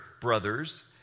brothers